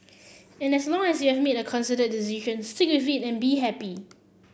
and as long as you have made a considered decision stick with it and be happy